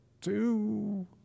two